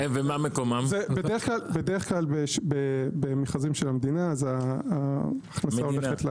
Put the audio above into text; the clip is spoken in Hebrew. בדרך כלל במכרזים של המדינה ההכנסה הולכת למדינה.